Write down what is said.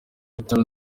hotel